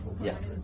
Yes